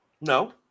No